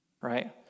right